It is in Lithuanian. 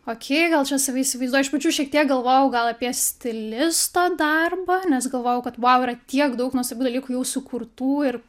okei gal čia save įsivaizduoj iš pradžių šiek tiek galvojau gal apie stilisto darbą nes galvojau kad vau yra tiek daug nuostabių dalykų jau sukurtų ir